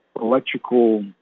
electrical